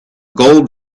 gold